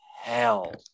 hell